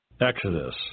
Exodus